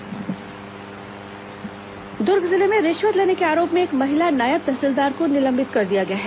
नायब तहसीलदार निलंबित द्र्ग जिले में रिश्वत लेने के आरोप में एक महिला नायब तहसीलदार को निलंबित कर दिया गया है